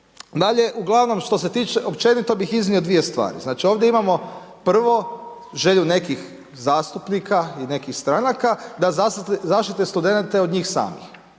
Dalje, uglavnom što se tiče, općenito bih iznio dvije stvari. Znači, ovdje imamo prvo želju nekih zastupnika i nekih stranaka da zaštite studente od njih samih.